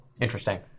Interesting